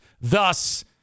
thus